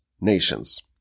nations